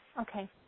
Okay